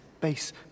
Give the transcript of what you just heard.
base